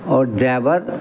और ड्रावर